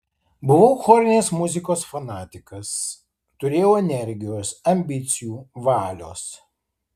buvau chorinės muzikos fanatikas turėjau energijos ambicijų valios